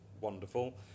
wonderful